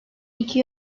iki